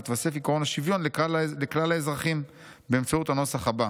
יתווסף עקרון השוויון לכלל האזרחים באמצעות הנוסח הבא: